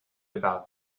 about